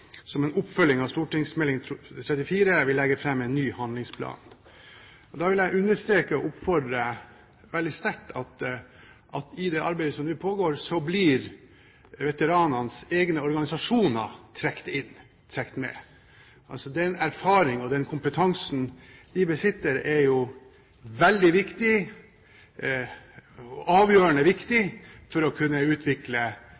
som en oppfølging av St.meld. nr. 34 for 2008–2009 – vil legge fram en ny handlingsplan. Da vil jeg understreke, og oppfordre veldig sterkt til, at veteranenes egne organisasjoner blir trukket med i det arbeidet som nå pågår. Den erfaringen og den kompetansen de besitter, er veldig viktig – avgjørende